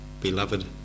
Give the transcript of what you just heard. beloved